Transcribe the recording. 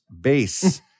Base